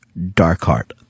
Darkheart